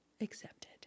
accepted